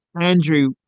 andrew